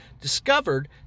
discovered